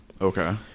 Okay